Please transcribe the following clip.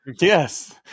Yes